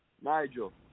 Nigel